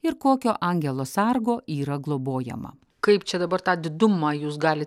ir kokio angelo sargo yra globojama kaip čia dabar tą didumą jūs galite